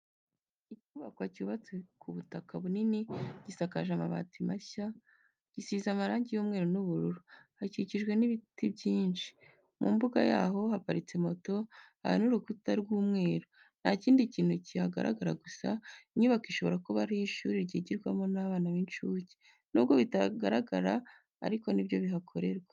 Icyubakwa cyubatse ku butaka bunini gisakaje amabati mashya gisize amarangi y'umweru n'ubururu, hakikijwe n'ibiti byinshi, mu mbuga yaho haparitse moto. Hari n'urukuta rw'umweru, nta kindi kintu kihagaragara gusa inyubako ishobora kuba ari ishuri ryigirwamo abana b'incuke, nubwo batagaragara ariko ni byo bihakorerwa.